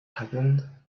happened